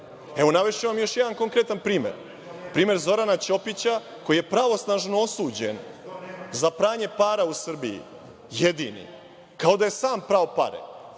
navešću vam još jedan konkretan primer. Primer Zorana Ćopića, koji je pravosnažno osuđen za pranje para u Srbiji. Jedini. Kao da je sam prao pare.